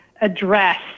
address